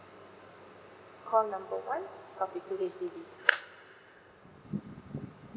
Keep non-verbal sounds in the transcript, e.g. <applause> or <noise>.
call number one topic two H_D_B <noise>